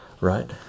right